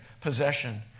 possession